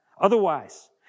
Otherwise